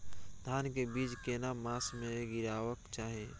धान के बीज केना मास में गीरावक चाही?